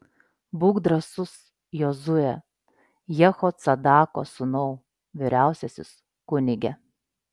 būk drąsus jozue jehocadako sūnau vyriausiasis kunige